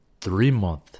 three-month